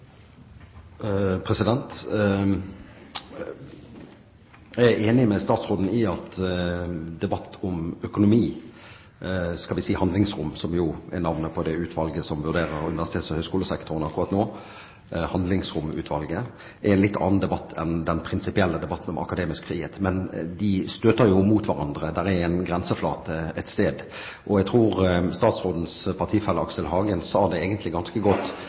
enig med statsråden i at debatt om økonomi – skal vi si handlingsrom, som jo er navnet på det utvalget som vurderer universitets- og høyskolesektoren akkurat nå, Handlingsromutvalget – er en litt annen debatt enn den prinsipielle debatten om akademisk frihet. Men de støter jo mot hverandre, det er en grenseflate et sted. Jeg tror statsrådens partifelle Aksel Hagen egentlig sa det ganske godt: